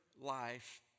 life